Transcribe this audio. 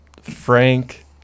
Frank